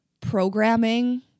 programming